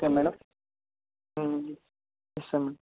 okay madam ఇస్తాం madam